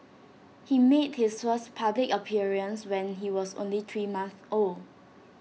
he made his first public appearance when he was only three month old